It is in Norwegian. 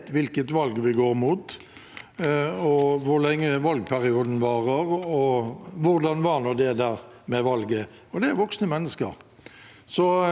Så det er mye å hente på dette. Jeg har lyst til å si takk for debatten, men det blir flere runder med valgloven.